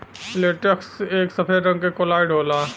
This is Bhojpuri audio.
लेटेक्स एक सफेद रंग क कोलाइड होला